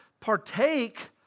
partake